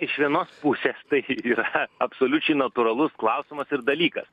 iš vienos pusės tai yra absoliučiai natūralus klausimas ir dalykas